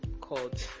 called